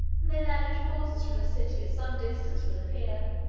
and they landed forces from the city at some distance from the pier,